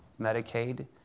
Medicaid